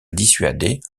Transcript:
dissuader